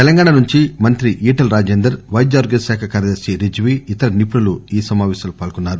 తెలంగాణ నుంచి మంత్రి ఈటల రాజేందర్ పైద్య ఆరోగ్య శాఖ కార్యదర్శి రిజ్వీ ఇతర నిపుణులు ఈ సమాపేశంలో పాల్గొన్నారు